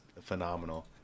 phenomenal